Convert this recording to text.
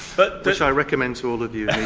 but which i recommend to all of you here.